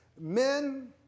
men